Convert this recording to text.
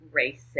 racist